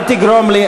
אל תגרום לי,